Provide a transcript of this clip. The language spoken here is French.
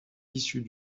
issues